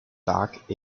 dark